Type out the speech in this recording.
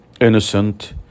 innocent